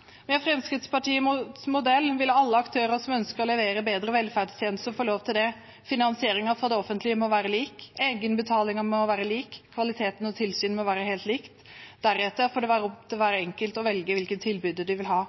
bra. Fremskrittspartiet ønsker å utvide denne valgfriheten til også å gjelde eldreomsorgen. Hvorfor skal man ikke selv få lov til å velge hvem som skal levere hjemmetjenester, tilby renhold og bistand – og til og med gi sykehjemsplass når man har behov for det? Med Fremskrittspartiets modell vil alle aktører som ønsker å levere bedre velferdstjenester, få lov til det. Finansieringen fra det offentlige må være lik. Egenbetalingen må være lik. Kvaliteten og tilsynet må være helt likt. Deretter får det være opp til hver enkelt å velge hvilken tilbyder de vil ha.